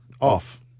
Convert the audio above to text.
off